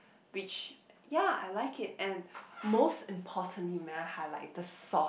which yea I like it and most importantly may I highlight the sauce